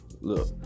Look